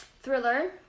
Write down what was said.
Thriller